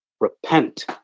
repent